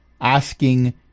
asking